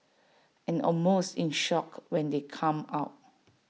and almost in shock when they come out